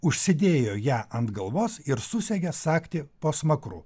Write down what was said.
užsidėjo ją ant galvos ir susegė sagtį po smakru